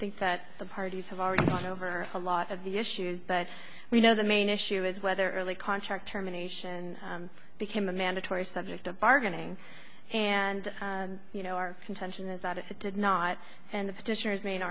think that the parties have already gone over a lot of the issues that we know the main issue is whether early contract terminations and became a mandatory subject of bargaining and you know our contention is that if it did not and the